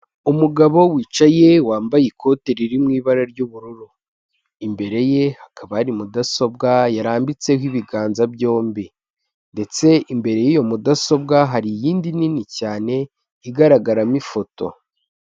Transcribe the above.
Umugabo wicaye wambaye ikote riri mu ibara ry'ubururu imbere ye hakaba hari mudasobwa yarambitseho ibiganza byombi ndetse imbere y'iyo mudasobwa hari iyindi nini cyane igaragaramo ifoto.